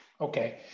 okay